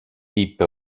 είπε